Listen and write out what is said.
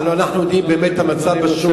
הלוא אנחנו יודעים באמת מה המצב בשוק.